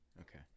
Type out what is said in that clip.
Okay